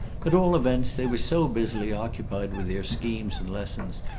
at all events, they were so busily occupied with their schemes and lessons,